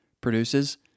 produces